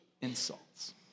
insults